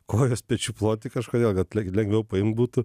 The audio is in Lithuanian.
kojos pečių ploty kažkodėl kad lengviau paimt būtų